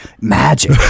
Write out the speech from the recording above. magic